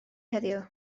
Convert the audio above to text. heddiw